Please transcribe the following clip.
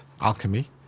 alchemy